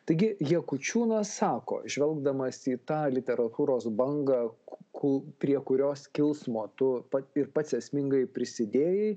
taigi jakučiūnas sako žvelgdamas į tą literatūros bangą ku prie kurios kilsmo pat ir pats esmingai prisidėjai